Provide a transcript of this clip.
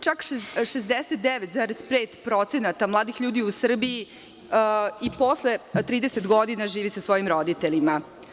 Čak 69,5% mladih ljudi u Srbiji i posle tridesete godine živi sa svojim roditeljima.